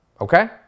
okay